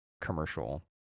commercial